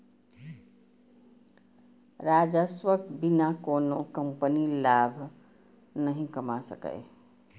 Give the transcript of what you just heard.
राजस्वक बिना कोनो कंपनी लाभ नहि कमा सकैए